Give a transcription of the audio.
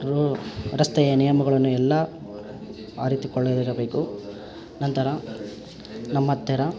ರು ರಸ್ತೆಯ ನಿಯಮಗಳನ್ನು ಎಲ್ಲಾ ಅರಿತುಕೊಳ್ಳ ಇರಬೇಕು ನಂತರ ನಮ್ಮತ್ತಿರ